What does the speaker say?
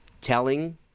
telling